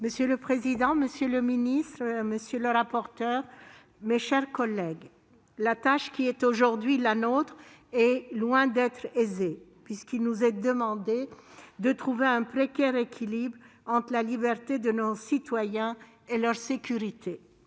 Monsieur le président, monsieur le ministre, mes chers collègues, la tâche qui est aujourd'hui la nôtre est loin d'être aisée, puisqu'il nous est demandé de trouver un précaire équilibre entre la liberté et la sécurité